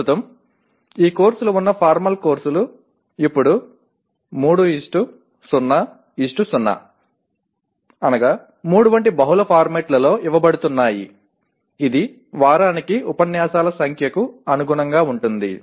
ప్రస్తుతం ఈ కోర్సులు ఉన్న ఫార్మల్ కోర్సులు ఇప్పుడు 300 3 వంటి బహుళ ఫార్మాట్లలో ఇవ్వబడుతున్నాయి ఇది వారానికి ఉపన్యాసాల సంఖ్యకు అనుగుణంగా ఉంటుంది